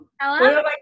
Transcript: Hello